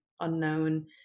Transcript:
unknown